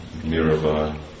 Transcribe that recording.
Mirabai